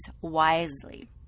wisely